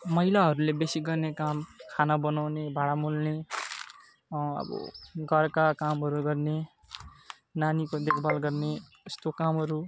महिलाहरूले बेसी गर्ने काम खाना बनाउने भाँडा मोल्ने अब घरका कामहरू गर्ने नानीको देखभाल गर्ने यस्तो कामहरू